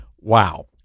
Wow